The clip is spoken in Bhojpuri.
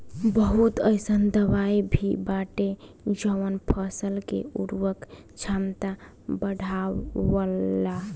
बहुत अईसन दवाई भी बाटे जवन फसल के उर्वरक क्षमता बढ़ावेला